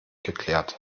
geklärt